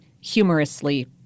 humorously